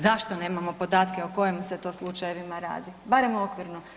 Zašto nemamo podatke o kojim se to slučajevima radi, barem okvirno?